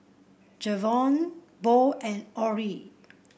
Jevon Bo and Orrie